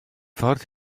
ffordd